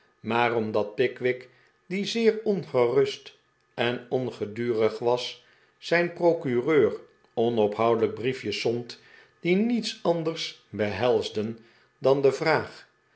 maar omdat pickwick die zeer ongerust en ongedurig was zijn procureur onophoudelijk briefjes zond die niets anders behelsden dan de vraag